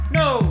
no